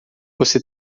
você